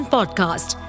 Podcast